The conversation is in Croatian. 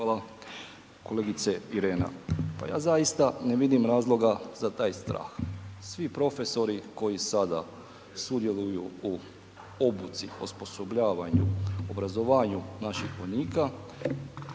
Hvala. Kolegice Irena, pa ja zaista ne vidim razloga za taj strah. Svi profesori koji sada sudjeluju u obuci, osposobljavanju, obrazovanju naših vojnika,